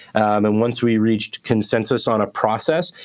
and once we reached consensus on a process,